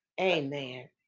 amen